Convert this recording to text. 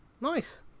Nice